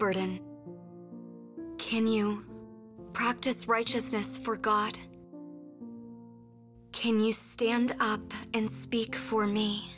burden can you practice righteousness for god can you stand up and speak for me